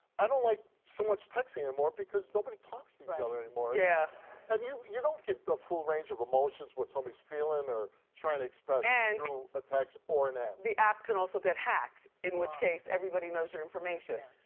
i don't like so much texting anymore because nobody talks to each other anymore. yeah and you you don't get the full range of emotions, what somebody's feeling or trying to express and through a text or an app. the app can also get hacked in which case everybody knows your information.